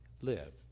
live